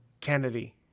Kennedy